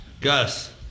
Gus